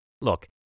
Look